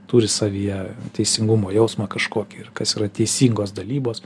turi savyje teisingumo jausmą kažkokį ir kas yra teisingos dalybos